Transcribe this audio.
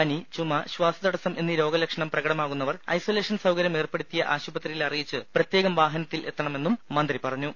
പനി ചുമ ശ്വാസതടസം എന്നീ രോഗലക്ഷണം പ്രകടമാകുന്നവർ ഐസൊലേഷൻ സൌകര്യമേർപ്പെടുത്തിയ ആശുപത്രിയിൽ അറിയിച്ച് പ്രത്യേകം വാഹനത്തിൽ എത്തണമെന്നും മന്ത്രി പറഞ്ഞു